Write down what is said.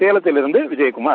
சேலத்திலிருந்து விஜயகுமார்